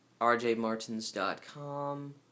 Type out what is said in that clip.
rjmartins.com